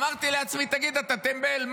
אמרתי לעצמי: תגיד, אתה טמבל?